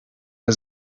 der